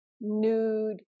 Nude